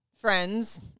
friends